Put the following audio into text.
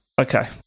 okay